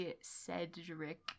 Cedric